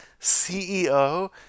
CEO